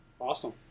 Awesome